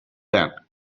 then